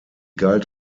galt